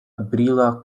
brila